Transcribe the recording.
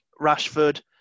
Rashford